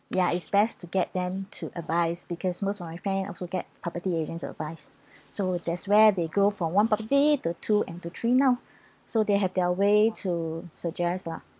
ya it's best to get them to advice because most of my friend also get property agent's advice so that's where they grow from one property to two and to three now so they have their way to suggest lah